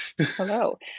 Hello